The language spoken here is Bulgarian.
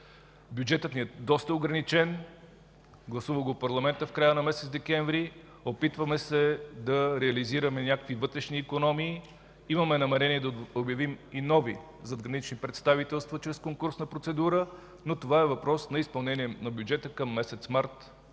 Бюджетът ни е доста ограничен. Гласува го парламентът в края на месец декември. Опитваме се да реализираме някакви вътрешни икономии. Имаме намерение да обявим и нови задгранични представителства чрез конкурсна процедура, но това е въпрос на изпълнение на бюджета към месец март